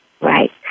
Right